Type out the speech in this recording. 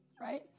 right